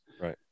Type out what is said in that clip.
Right